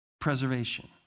Preservation